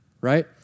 right